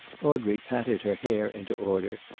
audrey patted her hair into order,